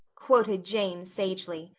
quoted jane sagely.